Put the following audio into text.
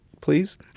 please